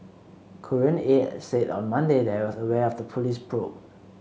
Korean Air said on Monday that it was aware of the police probe